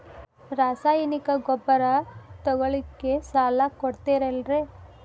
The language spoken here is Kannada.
ರಾಸಾಯನಿಕ ಗೊಬ್ಬರ ತಗೊಳ್ಳಿಕ್ಕೆ ಸಾಲ ಕೊಡ್ತೇರಲ್ರೇ?